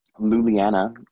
Luliana